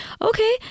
okay